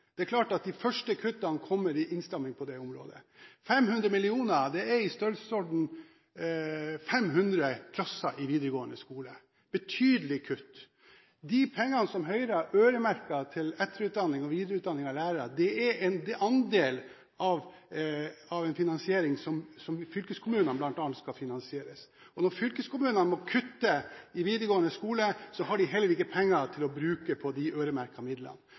Det er klart at de første kuttene kommer i innstramming på det området. 500 mill. kr er i størrelsesorden 500 klasser i videregående skole. Det er betydelige kutt. De pengene som Høyre har øremerket til etter- og videreutdanning av lærere, er en andel av en finansiering som fylkeskommunene bl.a. skal finansiere. Når fylkeskommunene må kutte i videregående skole, har de heller ikke penger å bruke på de øremerkede midlene.